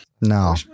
No